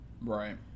Right